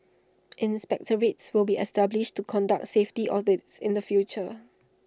inspectorates will be established to conduct safety audits in the future